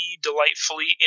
delightfully